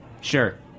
Sure